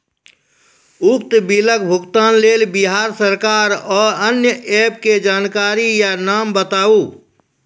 उक्त बिलक भुगतानक लेल बिहार सरकारक आअन्य एप के जानकारी या नाम बताऊ?